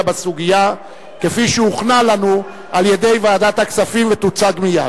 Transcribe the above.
בסוגיה כפי שהוכנה לנו על-ידי ועדת הכספים ותוצג מייד.